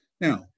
Now